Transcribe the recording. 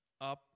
up